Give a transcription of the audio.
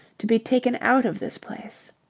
to be taken out of this place.